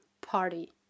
party